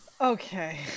Okay